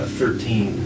thirteen